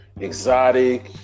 exotic